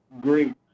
great